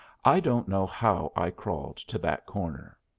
i don't know how i crawled to that corner.